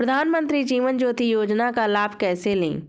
प्रधानमंत्री जीवन ज्योति योजना का लाभ कैसे लें?